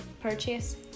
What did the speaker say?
purchase